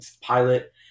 pilot